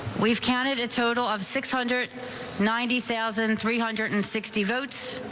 we've counted a total of six hundred ninety thousand three hundred and sixty votes.